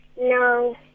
No